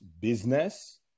business